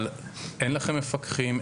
אבל אין לכם מפקחים,